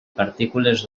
partícules